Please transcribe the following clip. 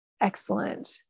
Excellent